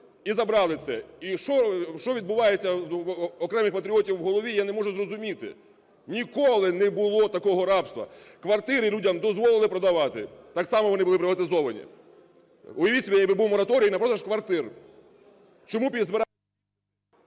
і забрали це. І що відбувається в окремих патріотів в голові я не можу зрозуміти. Ніколи не було такого рабства. Квартири людям дозволили продавати, так само вони були приватизовані. Уявіть собі, якби був мораторій на продаж квартир. Чому… ГОЛОВУЮЧИЙ.